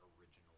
original